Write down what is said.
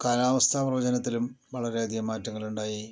കാലാവസ്ഥാ പ്രവചനത്തിലും വളരെയധികം മാറ്റങ്ങളുണ്ടായി